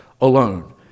alone